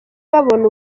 babona